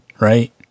right